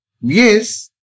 Yes